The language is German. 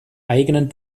eigenen